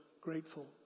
grateful